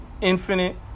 infinite